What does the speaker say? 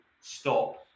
stop